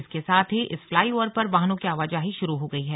इसके साथ ही इस फ्लाईओवर पर वाहनों की आवाजाही शुरू हो गई है